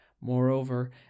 Moreover